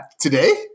Today